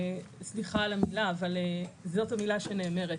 סליחה על המילה אבל זאת המילה שנאמרת.